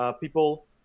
People